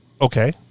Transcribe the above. Okay